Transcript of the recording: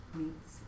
meets